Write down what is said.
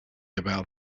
about